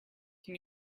can